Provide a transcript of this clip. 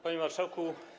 Panie Marszałku!